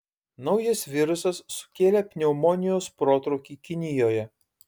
naujas virusas sukėlė pneumonijos protrūkį kinijoje